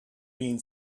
been